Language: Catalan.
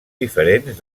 diferents